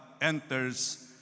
enters